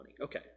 Okay